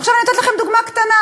עכשיו אני נותנת לכם דוגמה קטנה.